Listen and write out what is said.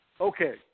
okay